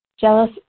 jealous